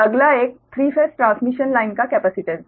अगला एक 3 phase transmission line का कैपेसिटेंस है